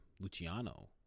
Luciano